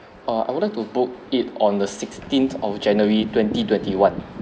uh I would like to put it on the sixteenth of january twenty twenty one